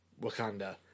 Wakanda